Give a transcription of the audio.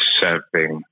serving